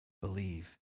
believe